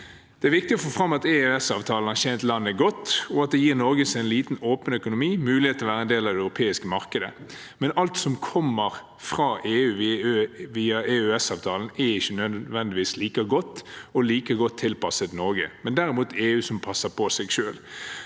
Det er viktig å få fram at EØS-avtalen har tjent landet godt, og at den gir Norge, som en liten, åpen økonomi, mulighet til å være en del av det europeiske markedet. Samtidig er ikke alt som kommer fra EU via EØS-avtalen, nødvendigvis like godt og like godt tilpasset Norge – det er derimot EU som passer på seg selv.